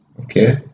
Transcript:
Okay